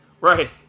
Right